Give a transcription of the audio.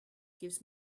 gives